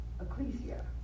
Ecclesia